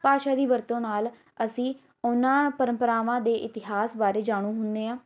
ਭਾਸ਼ਾ ਦੀ ਵਰਤੋਂ ਨਾਲ਼ ਅਸੀਂ ਉਹਨਾਂ ਪਰੰਪਰਾਵਾਂ ਦੇ ਇਤਿਹਾਸ ਬਾਰੇ ਜਾਣੂ ਹੁੰਦੇ ਹਾਂ